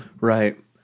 Right